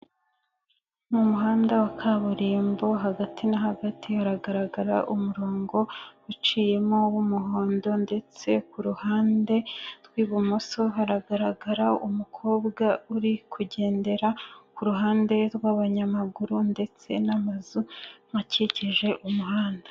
Ni muhanda wa kaburimbo hagati no hagati hagaragara umurongo uciyemo w'umuhondo ndetse ku ruhande rw'ibumoso haragaragara umukobwa uri kugendera ku ruhande rw'abanyamaguru ndetse n'amazu akikije umuhanda.